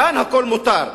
כאן הכול מותר,